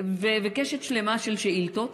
קשת שלמה של שאילתות.